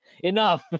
enough